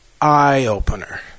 eye-opener